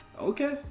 Okay